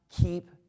keep